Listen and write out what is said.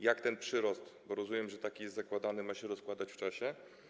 Jak ten przyrost - bo rozumiem, że taki jest zakładany - ma się rozkładać w czasie?